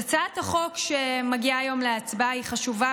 הצעת החוק שמגיעה היום להצבעה היא חשובה,